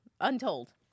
Untold